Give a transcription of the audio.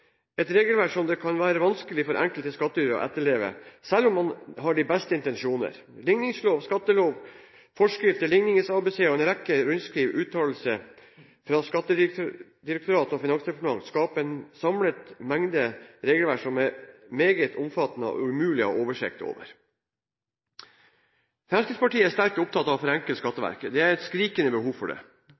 et regelverk som det kan være vanskelig for enkelte skattytere å etterleve selv om man har de beste intensjoner. Ligningslov, skattelov, forskrifter, Lignings-ABC og en rekke rundskriv og uttalelser fra Skattedirektoratet og Finansdepartementet skaper en samlet mengde regelverk som er meget omfattende og umulig å ha oversikt over. Fremskrittspartiet er sterkt opptatt av å forenkle skattereglene. Det er et skrikende behov for det.